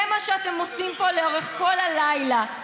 זה מה שאתם עושים פה לאורך כל הלילה.